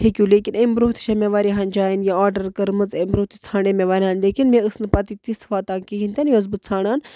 ہیٚکِو لیکِن اَمۍ برٛۄنٛہہ تہِ چھےٚ مےٚ واریاہَن جایَن یہِ آرڈَر کٔرمٕژ ایٚمۍ برٛۄنٛہہ تہِ ژھانٛڈے مےٚ واریاہَن لیکن مےٚ ٲس نہٕ پَتہٕ یہِ تِژھ واتان کِہیٖنۍ تہِ نہٕ یۄس بہٕ ژھانٛڈان